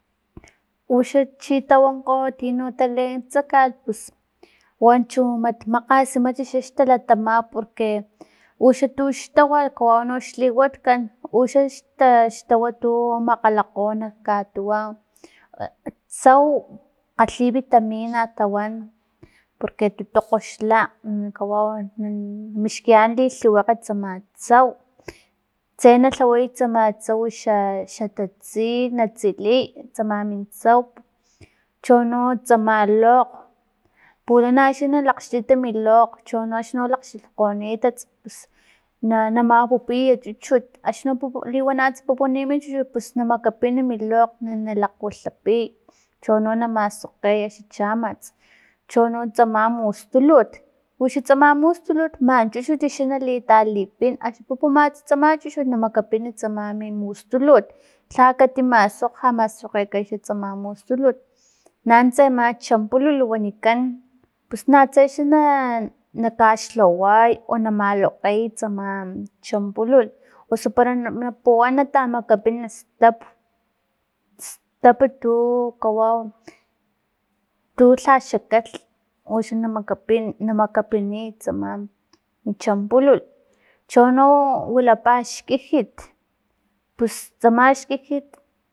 Uxan chin tawonkgo tino talaentsa kat pus wan chu ma- makgast xa talatama porque uxan tux tawa kawau xliwat kan uxax ta xtawa tu makgalakgo nak katuwan tsau kgalhi vitamina tawan porque tutokg xla kawau mixkiyan li tliwakgaxla tsau tse na lhaway tsama tsau xa- xa tatsil na tsiliy, tsama min tsau, chono tsama lokg pulana xa nalakgstita tsama mi lokg chono axni lakgxtitkgonitats pus na- na mapupiy chuchut axni no liwana pupuni min chuchut pus na makapin mi lokg nalakgwilhapiy chono na maskgokgey axni chamats chono tsama mistulut uxan tsama mustulut man chuchut xa nali talipin axni pupumats tsama chuchut na makapin tsama mi mustulut lhakati maskgokge ja maskgokgekan tsama mustuljut nanutsa tsama champulut wanikan pus natse xa na- na kaxlhaway o na malokgey tsama champulut osu para na puwan nata makapin stap- stapu tu kawau tu lhaxa katlh uxa na makapin na makapiniy tsama min champulul chono wilapa xkijit pus tsama xkijit